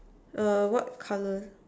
err what colour